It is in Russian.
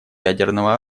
ядерного